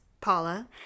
paula